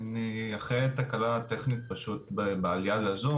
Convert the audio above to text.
אני אחרי תקלה טכנית פשוט בעלייה לזום